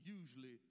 usually